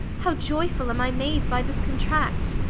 how ioyfull am i made by this contract.